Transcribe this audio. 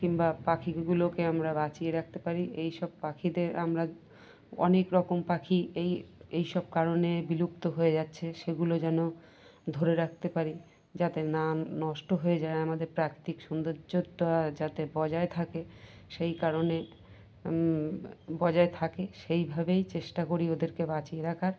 কিংবা পাখিগুলোকে আমরা বাঁচিয়ে রাখতে পারি এই সব পাখিদের আমরা অনেক রকম পাখি এই এই সব কারণে বিলুপ্ত হয়ে যাচ্ছে সেগুলো যেন ধরে রাখতে পারি যাতে না নষ্ট হয়ে যায় আমাদের প্রাকৃতিক সৌন্দর্যটা যাতে বজায় থাকে সেই কারণে বজায় থাকে সেই ভাবেই চেষ্টা করি ওদেরকে বাঁচিয়ে রাখার